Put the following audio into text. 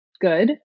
good